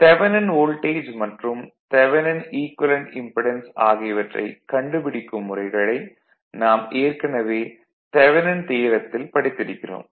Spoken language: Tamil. தெவனின் வோல்டேஜ் மற்றும் தெவனின் ஈக்குவேலன்ட் இம்படென்ஸ் ஆகியவற்றைக் கண்டுபிடிக்கும் முறைகளை நாம் ஏற்கனவே தெவனின் தியரத்தில் படித்திருக்கிறோம்